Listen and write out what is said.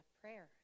prayer